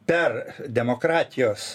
per demokratijos